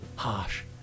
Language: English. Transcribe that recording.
harsh